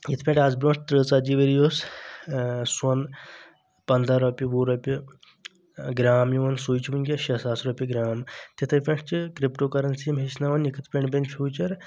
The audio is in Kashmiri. یِتھ پٲٹھۍ آز برٛونٛٹھ تٕرٕہ ژتجی ؤری اوس سون پنٛدہ رۄپیہِ وُہ رۄپیہِ گرام یِوان سُے چھُ ؤنکیٚس شیٚے ساس رۄپیہِ گرام تِتھے پٲٹھۍ چھِ کرپٹو کرنسی یِم ہیٚچھناوان یہِ کِتھ پٲٹھۍ بنہِ فیوٗچر